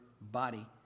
body